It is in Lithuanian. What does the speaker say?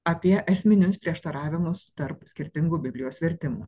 apie esminius prieštaravimus tarp skirtingų biblijos vertimų